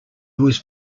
was